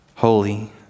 Holy